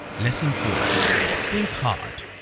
lesson four think hard.